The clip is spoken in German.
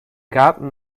garten